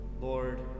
Lord